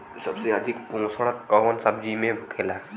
सबसे अधिक पोषण कवन सब्जी में होखेला?